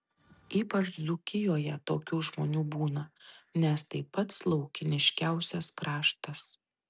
ypač dzūkijoje tokių žmonių būna nes tai pats laukiniškiausias kraštas